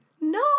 No